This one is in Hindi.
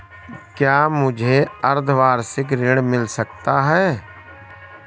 क्या मुझे अर्धवार्षिक ऋण मिल सकता है?